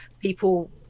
people